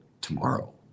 tomorrow